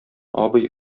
абый